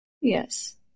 Yes